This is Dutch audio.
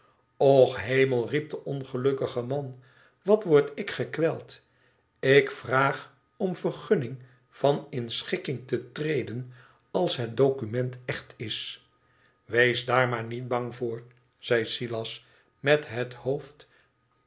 och hemel riep de ongelukkige man wat word ik gekweld ik vraa om vergunning van in schikking te treden als het document cht is wees daar maar niet bang voor zei silas met het hoofd